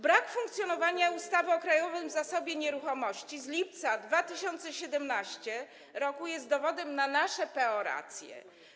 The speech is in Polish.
Brak funkcjonowania ustawy o Krajowym Zasobie Nieruchomości z lipca 2017 r. jest dowodem na nasze, PO, racje.